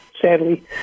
sadly